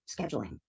scheduling